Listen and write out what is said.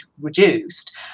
reduced